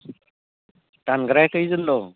दानग्राया खैजोन दं